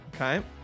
Okay